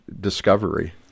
discovery